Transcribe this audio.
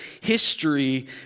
history